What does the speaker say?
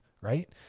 right